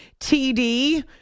TD